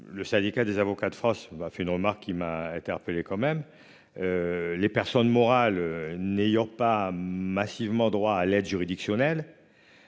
Le Syndicat des avocats de France m'a fait une remarque qui m'a interpellé quand même. Les personnes morales n'ayant pas massivement droit à l'aide juridictionnelle.